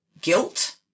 guilt